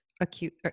acute